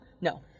No